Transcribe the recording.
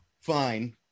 Fine